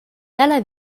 dalla